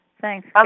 Thanks